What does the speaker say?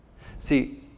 see